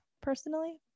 personally